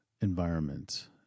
environment